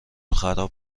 خراب